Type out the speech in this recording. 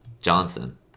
Johnson